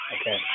Okay